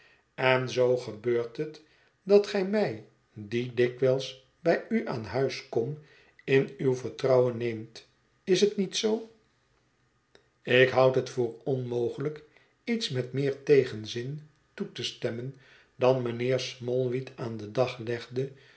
en zoo gebeurt het dat ge mij die dikwijls bij u aan huis kom in uw vertrouwen neemt is het niet zoo ik houd het voor onmogelijk iets met meer tegenzin toe te stemmen dan mijnheer smallweed aan den dag legde